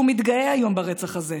והוא מתגאה היום ברצח הזה,